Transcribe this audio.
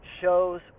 shows